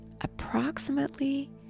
approximately